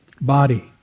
body